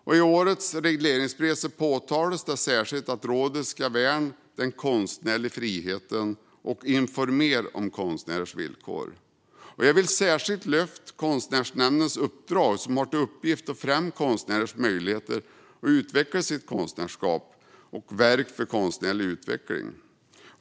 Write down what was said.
I årets regleringsbrev framhålls särskilt att rådet ska värna den konstnärliga friheten och informera om konstnärers villkor. Jag vill särskilt lyfta fram Konstnärsnämndens uppdrag: att främja konstnärers möjligheter att utveckla sitt konstnärskap samt verka för konstnärlig utveckling.